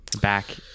back